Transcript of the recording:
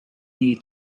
need